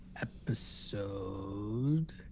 episode